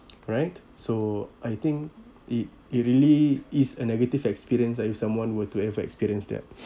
right so I think it it really is a negative experience if someone were to have experience that